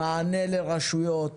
מענה לרשויות,